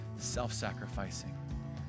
self-sacrificing